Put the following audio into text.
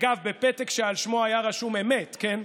אגב, בפתק שעל שמו היה רשום "אמת", כן?